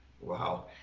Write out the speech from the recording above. wow